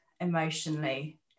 emotionally